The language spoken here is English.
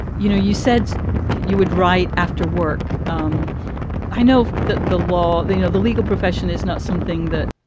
you know, you said you would write after work. um i know that the law, the you know, the legal profession is not something that,